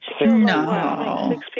No